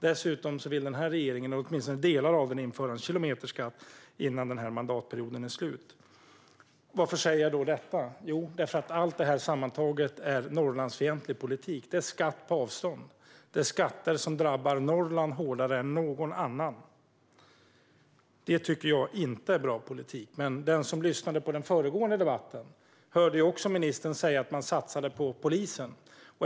Dessutom vill den här regeringen - åtminstone delar av den - införa en kilometerskatt innan den här mandatperioden är slut. Varför säger jag detta? Jo, därför att allt det här sammantaget är Norrlandsfientlig politik. Det är skatt på avstånd. Det är skatter som drabbar Norrland hårdare än någon annan landsdel. Det här tycker jag inte är bra politik. Men den som lyssnade på den föregående debatten hörde att ministern också sa att man satsade på polisen.